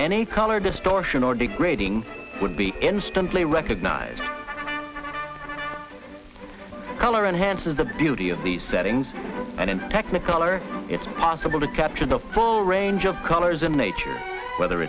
any color distortion or degrading would be instantly recognized the color enhances the beauty of the settings and in technicolor it's possible to capture the full range of colors in nature whether